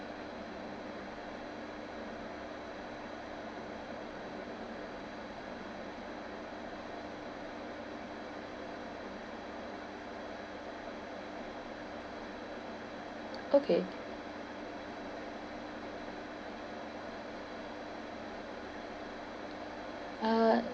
okay uh